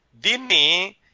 Dini